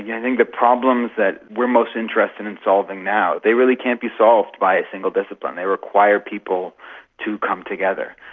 yeah i think the problems that we're most interested in solving now, they really can't be solved by a single discipline, they require people to come together.